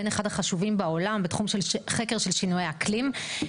בין אחד החשובים בעולם בתחום חקר שינויי האקלים.